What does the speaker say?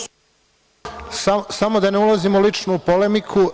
Samo da ne ulazimo u ličnu polemiku.